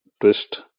twist